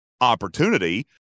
opportunity